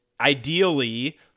ideally